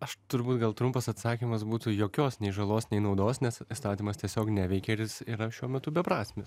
aš turbūt gal trumpas atsakymas būtų jokios nei žalos nei naudos nes įstatymas tiesiog neveikė ir jis yra šiuo metu beprasmis